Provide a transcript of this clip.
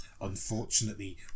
unfortunately